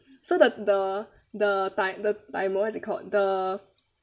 so the the the time the time what was it called the